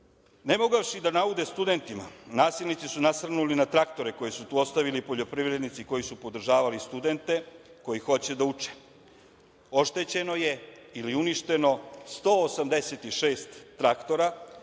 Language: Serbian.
mogavši da naude studentima, nasilnici su nasrnuli na traktore koje su tu ostavili poljoprivrednici koji su podržavali studente koji hoće da uče. Oštećeno je ili uništeno 186 traktora